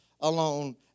alone